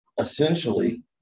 essentially